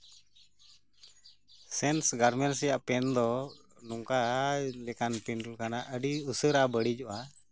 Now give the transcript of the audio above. cells garments ᱨᱮᱭᱟᱜ ᱯᱮᱱ ᱫᱚ ᱱᱚᱝᱠᱟᱱ ᱞᱮᱠᱟᱱ ᱯᱤᱱᱴᱩᱞ ᱠᱟᱱᱟ ᱟᱹᱰᱤ ᱩᱥᱟᱹᱨᱟ ᱵᱟᱹᱲᱤᱡᱚᱜᱼᱟ